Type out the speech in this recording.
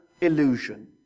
illusion